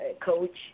coach